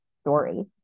story